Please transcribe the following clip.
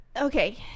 okay